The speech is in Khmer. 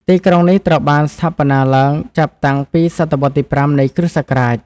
ទីក្រុងនេះត្រូវបានស្ថាបនាឡើងចាប់តាំងពីសតវត្សរ៍ទី៥ នៃគ.ស។